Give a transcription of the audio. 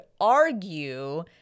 argue